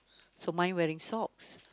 so mine wearing socks